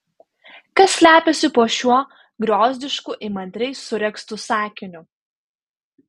kas slepiasi po šiuo griozdišku įmantriai suregztu sakiniu